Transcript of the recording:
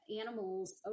animals